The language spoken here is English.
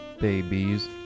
Babies